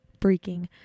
freaking